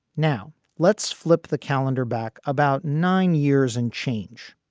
now let's flip the calendar back about nine years and change.